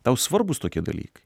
tau svarbūs tokie dalykai